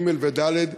ג' וד'.